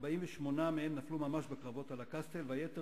48 מהם נפלו ממש בקרבות על הקסטל והיתר